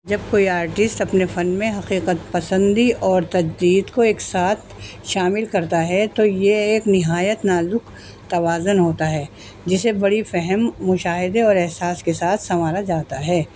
جب کوئی آرٹسٹ اپنے فن میں حقیقت پسندی اور تجدید کو ایک ساتھ شامل کرتا ہے تو یہ ایک نہایت نازک توازن ہوتا ہے جسے بڑی فہم مشاہدے اور احساس کے ساتھ سنوارا جاتا ہے